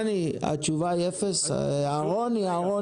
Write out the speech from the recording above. התשובה היא אפס, אהרוני?